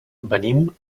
venim